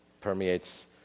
permeates